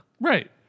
Right